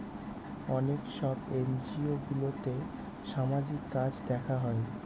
অনেক সব এনজিওগুলোতে সামাজিক কাজ দেখা হয়